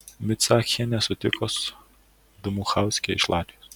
micachienė susitiko su dmuchauske iš latvijos